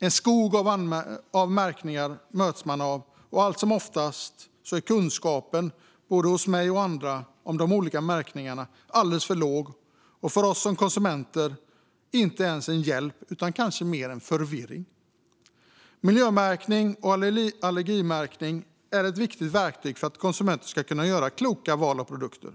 En skog av märkningar möts man av, och allt som oftast är kunskapen, både hos mig och hos andra, om de olika märkningarna alldeles för låg och för oss som konsumenter kanske inte ens till hjälp utan bara förvirrande. Miljömärkning och allergimärkning är viktiga verktyg för att konsumenter ska kunna göra kloka val av produkter.